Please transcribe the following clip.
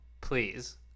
Please